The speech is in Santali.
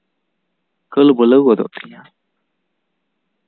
ᱠᱟᱹᱞ ᱵᱟᱹᱞᱟᱹᱣ ᱜᱚᱫᱚᱜ ᱛᱤᱧᱟ